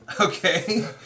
Okay